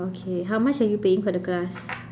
okay how much are you paying for the class